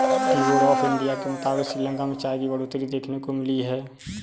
T board of India के मुताबिक़ श्रीलंका में चाय की बढ़ोतरी देखने को मिली है